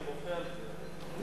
אני מוחה על זה.